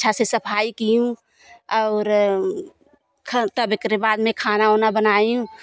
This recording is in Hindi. अच्छा से सफ़ाई की हूँ और बाद में खाना उना बनाई